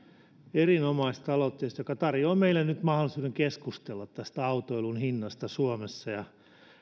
erinomaisesta aloitteesta joka tarjoaa meille nyt mahdollisuuden keskustella autoilun hinnasta suomessa